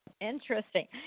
Interesting